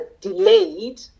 delayed